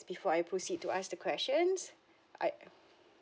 before I proceed to ask the questions I